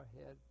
ahead